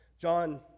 John